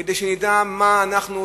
כדי שנדע מה אנחנו עושים,